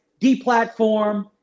deplatform